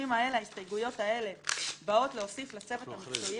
ההסתייגויות האלה באות להוסיף לצוות המקצועי